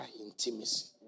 intimacy